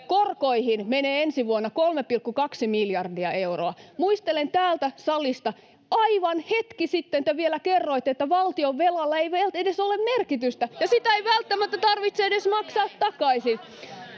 korkoihin menee ensi vuonna 3,2 miljardia euroa. Muistelen täältä salista: aivan hetki sitten te vielä kerroitte, että valtionvelalla ei edes ole merkitystä ja sitä ei välttämättä tarvitse edes maksaa takaisin.